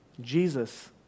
Jesus